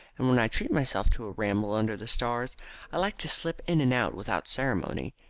and when i treat myself to a ramble under the stars i like to slip in and out without ceremony.